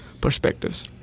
perspectives